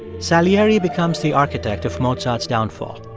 salieri becomes the architect of mozart's downfall.